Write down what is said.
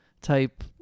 type